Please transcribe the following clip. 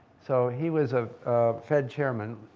so he was a fed chairman